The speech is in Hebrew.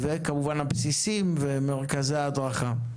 וכמובן, הבסיסים ומרכזי הדרכה.